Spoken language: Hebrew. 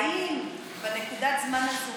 האם בנקודת הזמן הזאת,